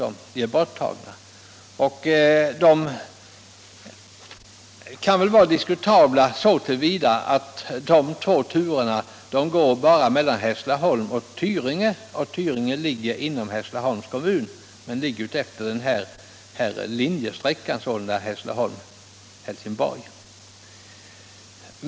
Och de turerna kan väl vara diskutabla så till vida att de bara går mellan Hässleholm och Tyringe, som ligger inom Hässleholms kommun; Tyringe ligger alltså utefter linjesträckan Hässleholm-Helsingborg.